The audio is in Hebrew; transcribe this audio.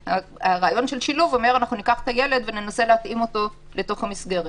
הרעיון של שילוב אומר: ניקח את הילד וננסה להתאימו לתוך המסגרת.